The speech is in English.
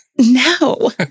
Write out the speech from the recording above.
no